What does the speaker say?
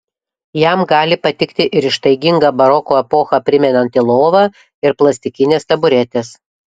jam gali patikti ir ištaiginga baroko epochą primenanti lova ir plastikinės taburetės